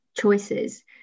choices